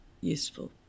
useful